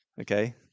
okay